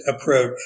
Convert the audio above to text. approach